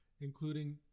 including